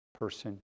Person